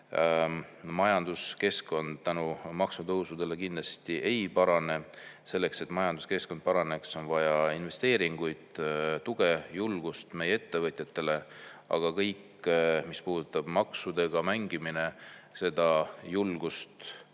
Majanduskeskkond maksutõusude mõjul kindlasti ei parane. Selleks, et majanduskeskkond paraneks, on vaja investeeringuid, tuge ja julgust meie ettevõtjatele. Aga kõik, mis puudutab maksudega mängimist, see ettevõtjatele